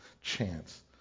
chance